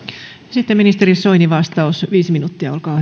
sitten ministeri soinin vastaus viisi minuuttia olkaa